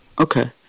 okay